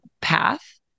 path